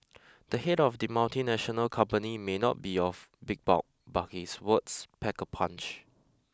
the head of the multinational company may not be of big bulk but his words pack a punch